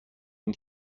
این